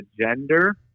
gender